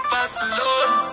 Barcelona